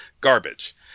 garbage